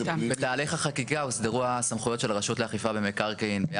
בתהליך החקיקה הוסדרו הסמכויות של הרשות לאכיפה למקרקעין.